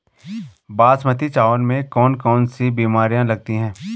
बासमती चावल में कौन कौन सी बीमारियां लगती हैं?